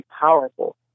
powerful